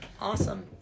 awesome